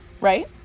right